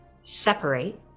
separate